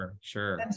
Sure